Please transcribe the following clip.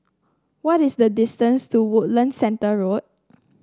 what is the distance to Woodlands Centre Road